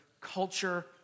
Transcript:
culture